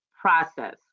process